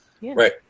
Right